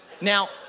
Now